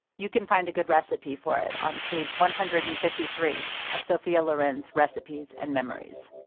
you can find a good recipe for it on page one hundred and fifty three of sophia loren's recipes and memories